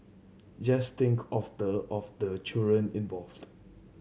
just think of the of the children involved